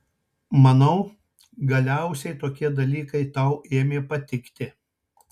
manau galiausiai tokie dalykai tau ėmė patikti